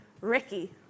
Ricky